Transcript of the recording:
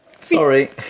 Sorry